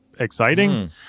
exciting